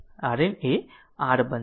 RN એ r બનશે